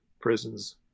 prisons